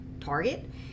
target